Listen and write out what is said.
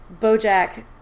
bojack